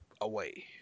away